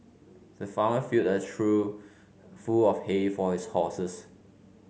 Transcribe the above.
the farmer filled a trough full of hay for his horses